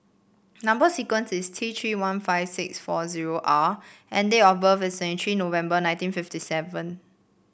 number sequence is T tree one five six four zero R and date of birth is twenty tree November nineteen fifty seven